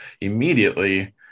immediately